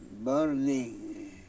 burning